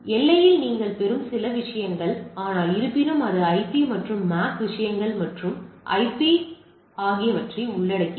எல்லையில் நீங்கள் பெறும் சில விஷயங்கள் ஆனால் இருப்பினும் இது ஐபி மற்றும் மேக் விஷயங்கள் மற்றும் ஐபி ஆகியவற்றை உள்ளடக்கியது